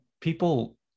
people